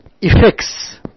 effects